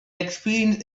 experience